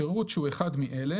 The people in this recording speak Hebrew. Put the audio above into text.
שירות שהוא אחד מאלה,